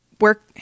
work